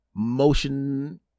motion